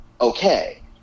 okay